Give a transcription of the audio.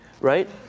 Right